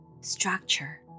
structure